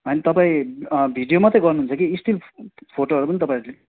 अनि तपाईँ भिडियो मात्रै गर्नुहुन्छ कि स्टिल फोटोहरू पनि तपाईँहरूले